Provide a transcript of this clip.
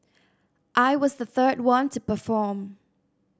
I was the third one to perform